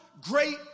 great